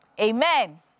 Amen